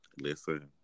listen